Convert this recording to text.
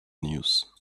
news